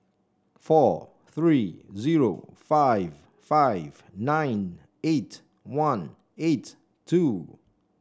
four three zero five five nine eight one eight two